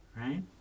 right